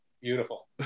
Beautiful